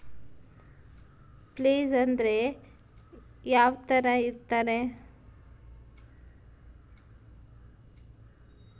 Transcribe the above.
Place ಅಂದ್ರೆ ಯಾವ್ತರ ಇರ್ತಾರೆ?